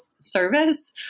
service